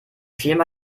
firma